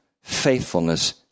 faithfulness